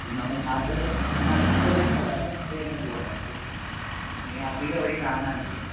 നാട്ട് പ്രദേശത്തു മാത്രം കണ്ടു വരുന്ന പൂവാണ് അപ്പോൾ അധികം എവിടെയും കാണാറില്ല അതെടുക്കാമല്ലെ